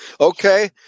Okay